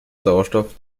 sauerstoff